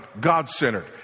God-centered